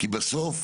כי בסוף,